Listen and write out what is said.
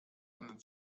einen